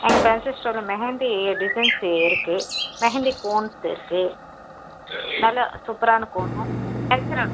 எங்கள் ஃபேன்ஸி ஸ்டோரில் மெஹந்தி டிசைன்ஸு இருக்குது மெஹந்தி கோன்ஸ் இருக்குது நல்லா சூப்பரான கோனு